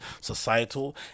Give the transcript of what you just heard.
societal